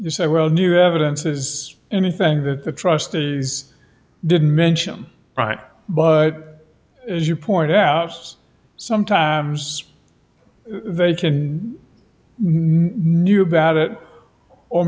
you say well new evidence is anything that the trust is didn't mention right but as you point out sometimes they can knew about it or